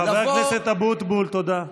חבר הכנסת אבוטבול, תודה.